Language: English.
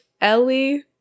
Ellie